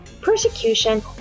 persecution